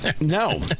No